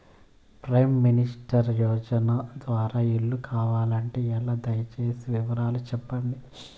Prime minister యోజన ద్వారా ఇల్లు కావాలంటే ఎలా? దయ సేసి వివరాలు సెప్పండి?